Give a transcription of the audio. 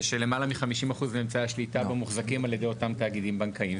ושלמעלה מ-50% מאמצעי השליטה בה מוחזקים על ידי אותם תאגידים בנקאיים.